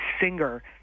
singer